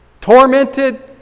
tormented